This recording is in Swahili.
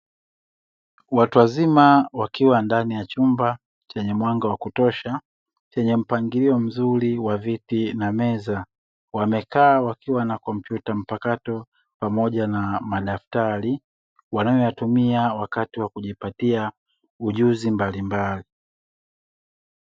Watu wazima wakiwa ndani ya chumba chenye mwanga wa kutosha, chenye mpangilio mzuri wa viti na meza, wamekaa wakiwa na kompyuta mpakato, pamoja na madaftari wanayo yatumia wakati wa kujipatia ujuzi mbalimbali.